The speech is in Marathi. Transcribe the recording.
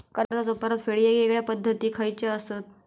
कर्जाचो परतफेड येगयेगल्या पद्धती खयच्या असात?